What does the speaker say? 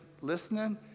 listening